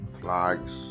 flags